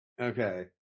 Okay